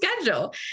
schedule